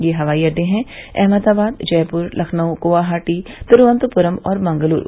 ये हवाई अडडे हैं अहमदाबाद जयपुर लखनऊ गुवाहाटी तिरूवनंतपुरम और मंगलूर